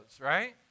right